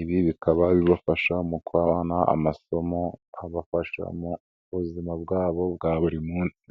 ibi bikaba bibafasha mu guha abana amasomo abafasha mu buzima bwabo bwa buri munsi.